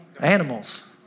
animals